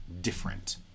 different